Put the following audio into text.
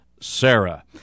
Sarah